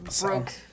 broke